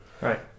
Right